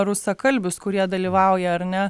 rusakalbius kurie dalyvauja ar ne